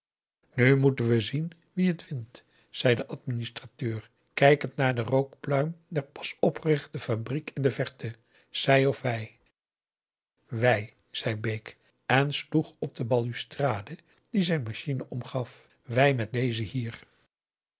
nu moeten we zien wie het wint zei de administrateur kijaugusta de wit orpheus in de dessa kend naar de rookpluim der pas opgerichte fabriek in de verte zij of wij wij zei bake en sloeg op de balustrade die zijn machine omgaf wij met déze hier